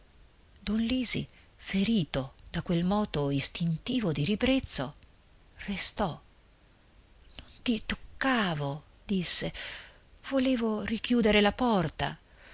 lisi ferito da quel moto istintivo di ribrezzo restò non ti toccavo disse volevo richiudere la porta